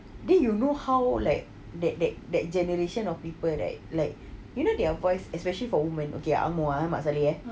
then you know how like that that that generation of people right like you know their voice especially for women okay ang moh ah mat salleh